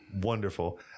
wonderful